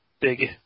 big